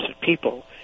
people